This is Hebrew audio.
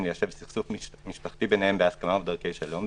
ליישב סכסוך משפחתי ביניהם בהסכמה ובדרכי שלום,